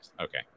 Okay